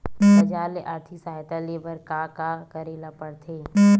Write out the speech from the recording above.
बजार ले आर्थिक सहायता ले बर का का करे ल पड़थे?